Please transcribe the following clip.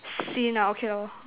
seen ah okay lor